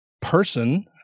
person